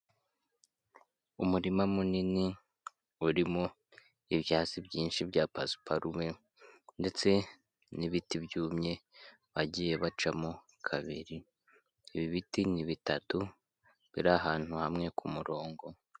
Umurima munini urimo ibyatsi byinshi bya pasiparume ndetse nibiti byumye bagiye bacamo kabiri. Ibi biti ni bitatu biri ahantu hamwe ku murongo.